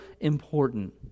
important